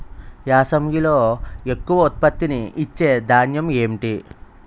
యాసంగిలో ఎక్కువ ఉత్పత్తిని ఇచే ధాన్యం ఏంటి?